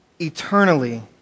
Eternally